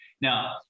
Now